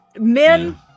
Men